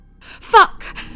Fuck